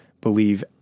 believe